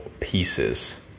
pieces